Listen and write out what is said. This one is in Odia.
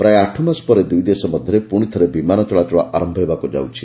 ପ୍ରାୟ ଆଠମାସ ପରେ ଦ୍ରଇ ଦେଶ ମଧ୍ୟରେ ପୁଣିଥରେ ବିମାନ ଚଳାଚଳ ଆରମ୍ଭ ହେବାକୁ ଯାଉଛି